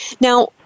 Now